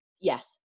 Yes